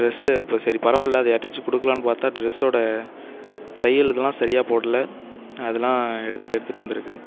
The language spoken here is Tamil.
ட்ரெஸ்ஸு இப்போ சரி பரவால்ல அதை யார்ட்டயாச்சும் கொடுக்லானு பார்த்தா ட்ரெஸ்சோடா தையல் இதல்லாம் சரியாக போடல அதெலாம் எடுத்துகிட்டு எடுத்துகிட்டு வந்துருக்கு